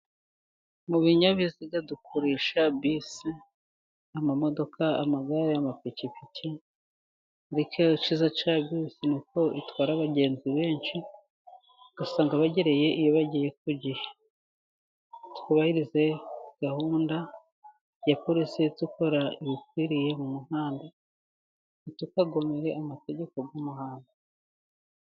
Mu binyabiziga dukoresha bisi, amamodoka, amagare y'amapikipiki ariko ikiza cya bisi ni uko itwara abagenzi benshi, ugasanga bagereye iyo bagiye ku gihe, twubahirize gahunda ya polisi ikora ibikwiriye mu muhanda ntitukagomere amategeko y'umuhanda.